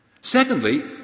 Secondly